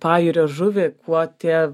pajūrio žuvį kuo tie